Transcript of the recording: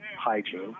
hygiene